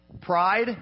Pride